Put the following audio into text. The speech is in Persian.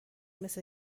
مثل